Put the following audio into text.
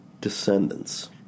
descendants